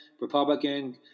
Republican